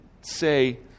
say